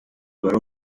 wari